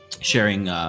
sharing